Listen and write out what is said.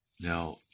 Now